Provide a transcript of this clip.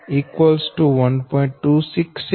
21 1